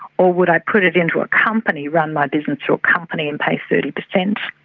or would i put it into a company, run my business through a company and pay thirty percent?